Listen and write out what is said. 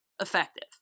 effective